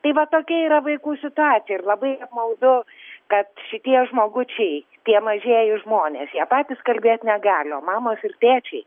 tai va tokia yra vaikų situacija ir labai apmaudu kad šitie žmogučiai tie mažieji žmonės jie patys kalbėt negali o mamos ir tėčiai